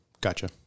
Gotcha